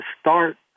start